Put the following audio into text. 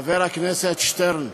חבר הכנסת שטרן,